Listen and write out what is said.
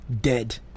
dead